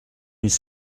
mille